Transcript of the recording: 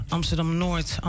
Amsterdam-Noord